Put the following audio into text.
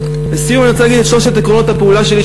לסיום אני רוצה להגיד את שלושת עקרונות הפעולה שלי,